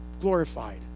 glorified